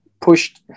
pushed